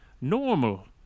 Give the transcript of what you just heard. normal